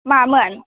मामोन